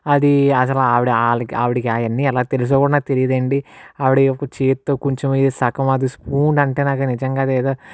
అది అస్సలు ఆవిడ వాల్లకి ఆవిడకి అవన్ని ఎలా తెలుసో కూడా నాకు తెలీయదు అండి ఆవిడ ఒక చేతితో కొంచెం సగం అది స్పూన్ అంటే నాకు నిజంగా అదేదో